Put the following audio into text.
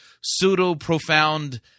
pseudo-profound